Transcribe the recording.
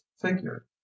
figure